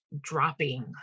dropping